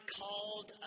called